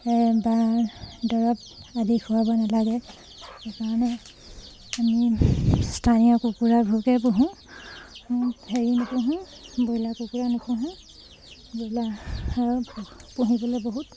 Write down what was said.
বা দৰৱ আদি খুৱাব নালাগে সেইকাৰণে আমি স্থানীয় কুকুৰাবোৰকে পুহোঁ হেৰি নুপুহোঁ ব্ৰইলাৰ কুকুৰা নুপুহোঁ ব্ৰইলাৰ পুহিবলে বহুত